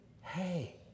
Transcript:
Hey